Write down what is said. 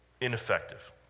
ineffective